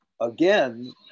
again